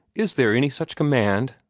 is there any such command?